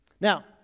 Now